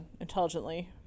intelligently